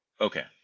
okay